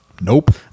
nope